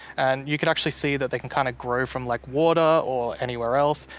and you can actually see that they can kind of grow from like water or anywhere else.